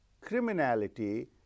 criminality